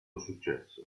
successo